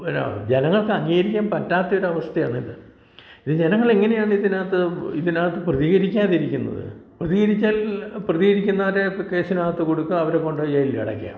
ജനങ്ങൾക്ക് അംഗീകരിക്കാൻ പറ്റാത്ത ഒരു അവസ്ഥയാണ് ഇത് ജനങ്ങൾ എങ്ങനെയാണ് ഇതിനകത്ത് പ്രതികരിക്കാതിരിക്കുന്നത് പ്രതികരിയ്ക്കൽ പ്രതികരിക്കുന്നവരെ കേസിനകത്ത് കുടുക്കുക അവരെ കൊണ്ട് ജയിലിൽ അടയ്ക്കുക